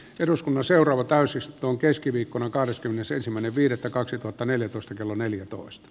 eduskunnan seuraava täysistuntoon keskiviikkona kahdeskymmenesensimmäinen viidettä kaksituhattaneljätoista kello neljätoista